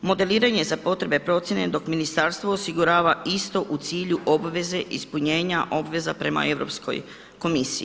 Modeliranje za potrebe procjene dok ministarstvo osigurava isto u cilju obveze ispunjenja obveza prema Europskoj komisiji.